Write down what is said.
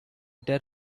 dead